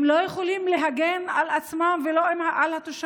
הם לא יכולים להגן על עצמם ולא על התושבים.